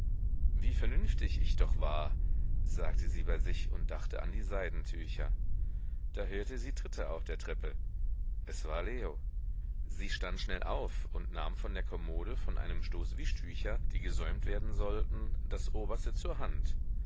wie vernünftig ich doch war sagte sie bei sich und dachte an die seidentücher da hörte sie tritte auf der treppe es war leo sie stand schnell auf und nahm von der kommode von einem stoß wischtücher die gesäumt werden sollten das oberste zur hand